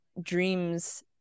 dreams